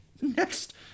next